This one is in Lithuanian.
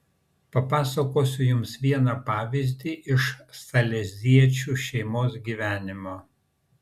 papasakosiu jums vieną pavyzdį iš saleziečių šeimos gyvenimo